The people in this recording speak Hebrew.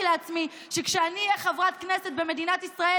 לעצמי שכשאני שאהיה חברת כנסת במדינת ישראל,